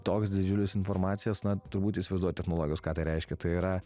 toks didžiulis informacijos na turbūt įsivaizduojat technologijos ką reiškia tai yra